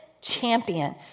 champion